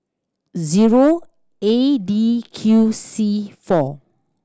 zero A D Q C four